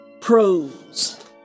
Pros